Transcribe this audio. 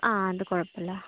ആ അത് കുഴപ്പമില്ല